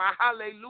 Hallelujah